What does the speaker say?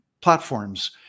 platforms